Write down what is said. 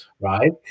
right